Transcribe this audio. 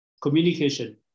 communication